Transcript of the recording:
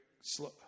slow